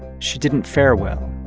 she didn't fare well.